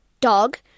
dog